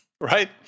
Right